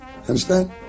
Understand